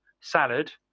salad